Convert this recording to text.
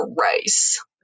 rice